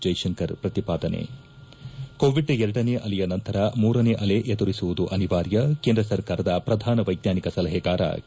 ಜೈಸಂಕರ್ ಪ್ರತಿಪಾದನೆ ಕೋವಿಡ್ ಎರಡನೇ ಆಲೆಯ ನಂತರ ಬನೇ ಅಲೆ ಎದುರಿಸುವುದು ಅನಿವಾರ್ಯ ಕೇಂದ್ರ ಸರ್ಕಾರದ ಪ್ರಧಾನ ವೈಜ್ವಾನಿಕ ಸಲಹೆಗಾರ ಕೆ